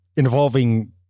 involving